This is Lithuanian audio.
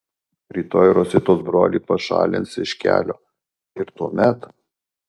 rytoj rositos brolį pašalins iš kelio ir tuomet